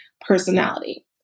personality